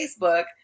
Facebook